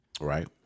right